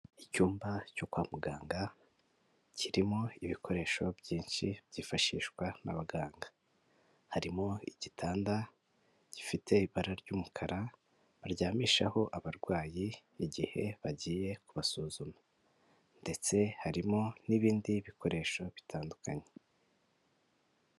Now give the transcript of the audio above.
Icyumba cyo kwa muganga, kirimo ibikoresho byinshi byifashishwa n'abaganga, harimo igitanda gifite ibara ry'umukara, baryamishaho abarwayi igihe bagiye kubasuzuma ndetse harimo n'ibindi bikoresho bitandukanye.